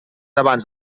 abans